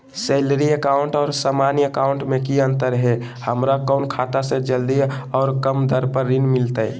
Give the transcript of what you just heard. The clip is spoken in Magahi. सैलरी अकाउंट और सामान्य अकाउंट मे की अंतर है हमरा कौन खाता से जल्दी और कम दर पर ऋण मिलतय?